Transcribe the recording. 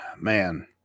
man